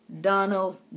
donald